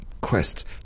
quest